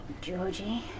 Georgie